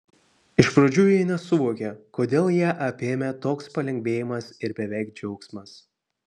iš pradžių ji nesuvokė kodėl ją apėmė toks palengvėjimas ir beveik džiaugsmas